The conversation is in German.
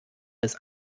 bis